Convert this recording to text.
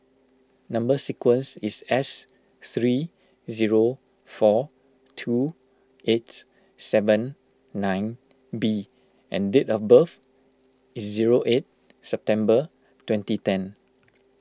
Number Sequence is S three zero four two eight seven nine B and date of birth is zero eight September twenty ten